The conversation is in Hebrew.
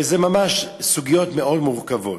ואלה ממש סוגיות מאוד מורכבות.